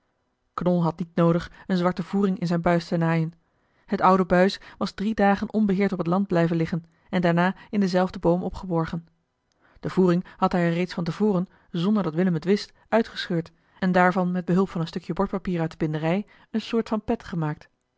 knol had niet noodig eene zwarte voering in zijn buis te naaien het oude buis was drie dagen onbeheerd op het land blijven liggen en daarna in denzelfden boom opgeborgen de voering had hij er reeds van te voren zonder dat willem het wist uitgescheurd en daarvan met behulp van een stukje bordpapier uit de binderij eene soort van pet gemaakt